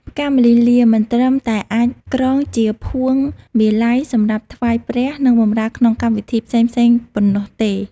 ផ្កាម្លិះលា មិនត្រឹមតែអាចក្រងជាភួងមាល័យសម្រាប់ថ្វាយព្រះ និងបម្រើក្នុងកម្មវិធីផ្សេងៗប៉ុណ្ណោះទេ។